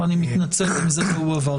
ראשון